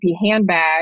handbag